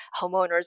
homeowners